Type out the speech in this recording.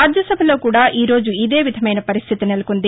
రాజ్యసభలో కూడా ఈ రోజు ఇదే విధమైన పరిస్థితి నెలకొంది